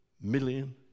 million